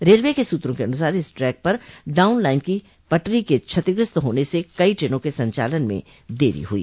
railway के सूत्रों के अनुसार इस ट्रैंक पर डाउन लाइन की पटरी के क्षतिग्रस्त होने से कई ट्रेनों के संचालन में देरी हुई